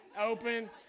open